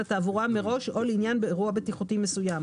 התעבורה מראש או לעניין אירוע בטיחותי מסוים.